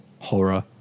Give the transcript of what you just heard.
horror